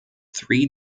three